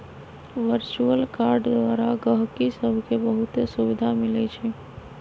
virtual card द्वारा गहकि सभके बहुते सुभिधा मिलइ छै